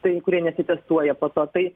tai kurie nesitestuoja po to tai